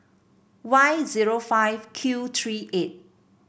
Y zero five Q three eight